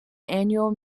annual